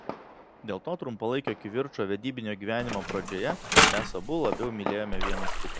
dėl to trumpalaikio kivirčo vedybinio gyvenimo pradžioje mes abu labiau mylėjome vienas kitą